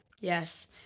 yes